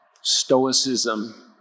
Stoicism